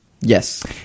Yes